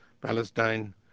Palestine